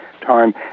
time